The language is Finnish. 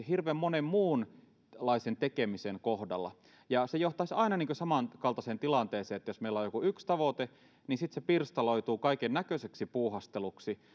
hirveän monen muunlaisen tekemisen kohdalla ja se johtaisi aina samankaltaiseen tilanteeseen siihen että jos meillä on joku yksi tavoite niin sitten se pirstaloituu kaikennäköiseksi puuhasteluksi